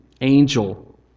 angel